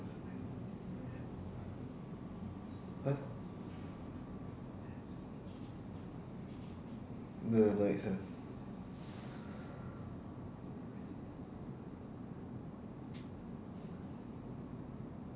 what that doesn't make sense